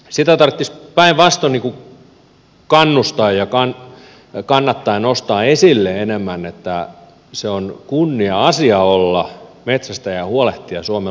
sitä tarvitsisi päinvastoin kannustaa ja kannattaa ja nostaa esille enemmän että se on kunnia asia olla metsästäjä ja huolehtia suomen luonnosta